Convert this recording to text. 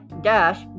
dash